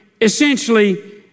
essentially